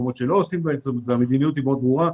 מקומות שלא עושים בהם והמדיניות היא מאוד ברורה.